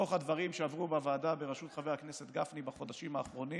מתוך הדברים שעברו בוועדה בראשות חבר הכנסת גפני בחודשים האחרונים.